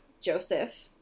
Joseph